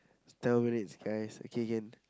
guys okay can